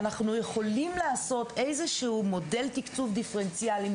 אנחנו יכולים לעשות איזה שהוא מודל תקצוב דיפרנציאלי,